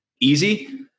Easy